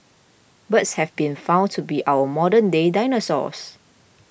birds have been found to be our modern day dinosaurs